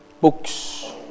books